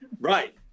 right